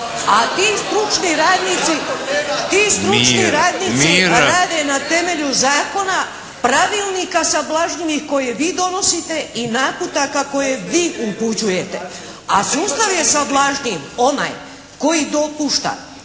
… Ti stručni radnici rade na temelju zakona, pravilnika sablažnjivih koje vi donosite i naputaka koje vi upućujete. A sustav je sablažnjiv onaj koji dopušta